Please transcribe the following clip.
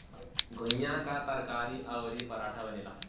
घुईया कअ तरकारी अउरी पराठा बनेला